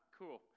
cool